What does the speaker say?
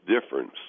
difference